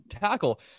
tackle